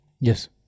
Yes